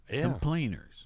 complainers